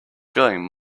feeling